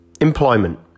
Employment